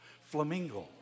Flamingo